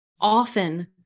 often